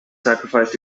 sacrificed